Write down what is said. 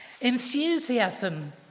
enthusiasm